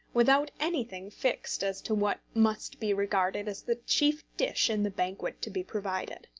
without anything fixed as to what must be regarded as the chief dish in the banquet to be provided?